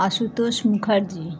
Ashutosh Mukherjee